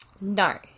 No